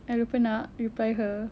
I lupa nak reply her